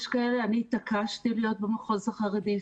אני התעקשתי להיות במחוז החרדי,